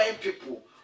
people